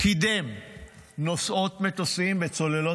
קידם נושאות מטוסים וצוללות.